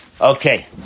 Okay